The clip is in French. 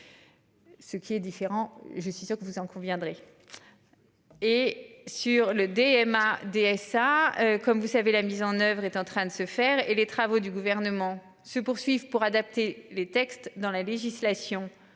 Ce qui est différent. Je suis sûr que vous en conviendrez. Et sur le DMA DSA comme vous savez, la mise en oeuvre est en train de se faire et les travaux du gouvernement se poursuive pour adapter les textes dans la législation